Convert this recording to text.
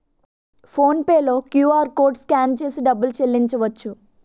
phone pay లో QR code scan చేసి డబ్బులు చెల్లించవచ్చు